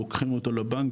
לוקחים אותו לבנק,